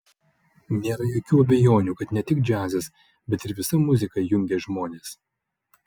nėra jokių abejonių kad ne tik džiazas bet ir visa muzika jungia žmonės